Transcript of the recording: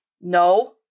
No